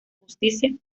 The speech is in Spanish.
justicia